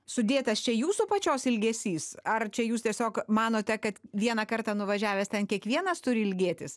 sudėtas čia jūsų pačios ilgesys ar čia jūs tiesiog manote kad vieną kartą nuvažiavęs ten kiekvienas turi ilgėtis